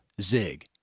Zig